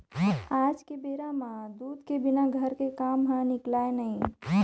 आज के बेरा म दूद के बिना घर के काम ह निकलय नइ